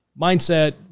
mindset